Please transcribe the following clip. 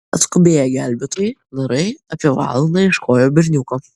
atskubėję gelbėtojai narai apie valandą ieškojo berniuko